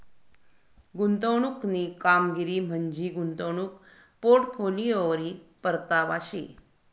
गुंतवणूकनी कामगिरी म्हंजी गुंतवणूक पोर्टफोलिओवरी परतावा शे